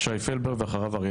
שי פלבר, בבקשה.